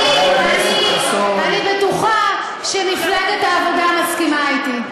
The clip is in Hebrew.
אני בטוחה שמפלגת העבודה מסכימה אתי.